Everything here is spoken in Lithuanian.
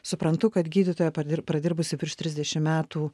suprantu kad gydytoja pa pradirbusi virš trisdešimt metų